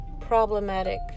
problematic